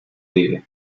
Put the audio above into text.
vive